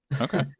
Okay